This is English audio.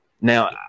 Now